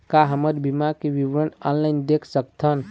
का हमर बीमा के विवरण ऑनलाइन देख सकथन?